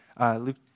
Luke